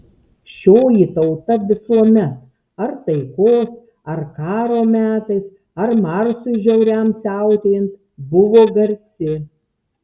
šioji tauta visuomet ar taikos ar karo metais ar marsui žiauriam siautėjant buvo garsi